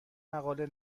مقاله